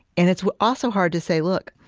and it's also hard to say, look,